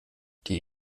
die